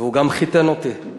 והוא גם חיתן אותי.